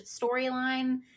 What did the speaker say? storyline